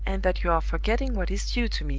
and that you are forgetting what is due to me.